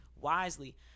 wisely